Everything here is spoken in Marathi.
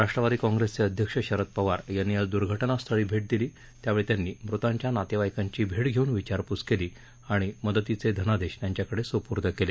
राष्ट्रवादी काँग्रेसचे अध्यक्ष शरद पवार यांनी आज दर्घटना स्थळी भेट दिली त्यावेळी त्यांनी मृतांच्या नातेवाईकांची भेट घेऊन विचारपूस केली आणि मदतीचे धनादेश त्यांच्याकडे सुपूर्द केले